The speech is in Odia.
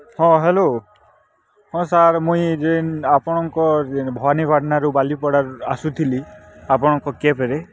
ହଁ ହ୍ୟାଲୋ ହଁ ସାର୍ ମୁଇଁ ଯେନ୍ ଆପଣଙ୍କ ଯେନ୍ ଭବାନିପାଟଣାରୁ ବାଲିପଡ଼ା ଆସୁଥିଲି ଆପଣଙ୍କ କେବ୍ରେ